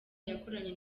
yakoranye